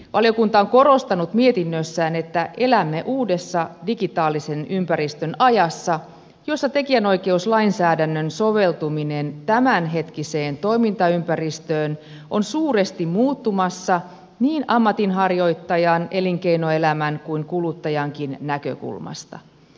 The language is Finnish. valiokunta on korostanut mietinnössään että elämme uudessa digitaalisen ympäristön ajassa jossa tekijänoikeuslainsäädännön soveltuminen tämänhetkiseen toimintaympäristöön on suuresti muuttumassa niin ammatinharjoittajan elinkeinoelämän kuin kuluttajankin näkökulmasta